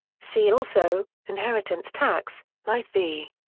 see also inheritance tax lyeth v.